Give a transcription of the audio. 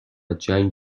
جنگ